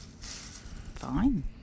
Fine